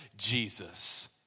Jesus